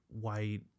white